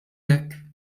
hekk